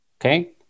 Okay